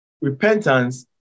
repentance